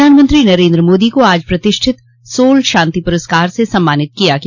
प्रधानमंत्री नरेन्द्रइ मोदी को आज प्रतिष्ठित सोल शांति पुरस्कार से सम्मानित किया गया